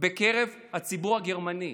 בקרב הציבור הגרמני.